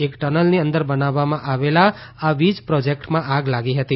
એક ટનલની અંદર બનાવવામાં આવેલા આ વીજ પ્રોજેકટમાં આગ લાગી હતી